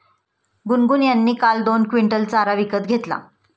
गुनगुन यांनी काल दोन क्विंटल चारा विकत घेतला